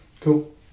cool